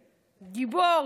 גיבור,